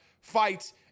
fights